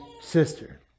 sister